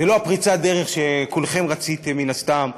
זאת לא פריצת הדרך שכולכם רציתם, מן הסתם,